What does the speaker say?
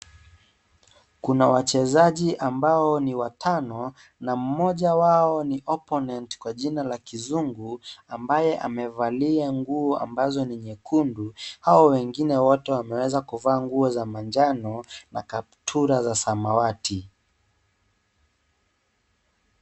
Kuna wachezaji ambao ni wa tano na mmoja wao ni Opponent k kwa jina la kizungu ambaye amevalia nguo ambazo ni nyekundu. Hao wengine wote wameweza kuvaa nguo za manjano na kaptura za samawati.